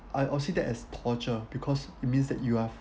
I'll I'll see that as torture because it means that you are